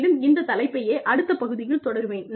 மேலும் இந்த தலைப்பையே அடுத்த பகுதியில் தொடருவேன்